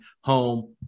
home